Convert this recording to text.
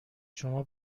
شما